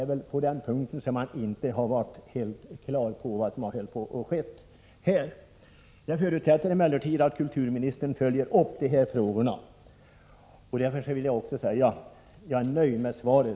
Man har på denna punkt inte varit på det klara med vad som håller på att hända. Jag förutsätter att kulturministern följer upp dessa frågor och vill också säga att jag är nöjd med svaret.